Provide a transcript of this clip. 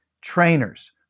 trainers